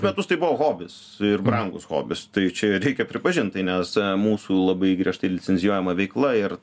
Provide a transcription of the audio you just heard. metus tai buvo hobis ir brangus hobis tai čia reikia pripažint nes mūsų labai griežtai licencijuojama veikla ir